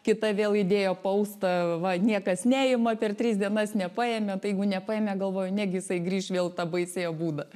kita vėl įdėjo poustą va niekas neima per tris dienas nepaėmė tai jeigu nepaėmė galvoju negi jisai grįš vėl į tą baisiąją būdą